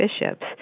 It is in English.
Bishops